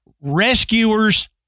Rescuers